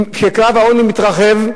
קו העוני שמתרחב,